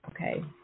Okay